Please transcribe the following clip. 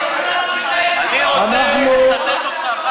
אני רוצה לצטט אותך אחר כך,